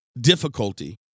Difficulty